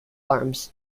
arms